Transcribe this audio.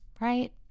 Right